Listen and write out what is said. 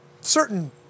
certain